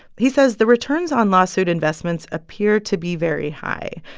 he says the returns on lawsuit investments appear to be very high,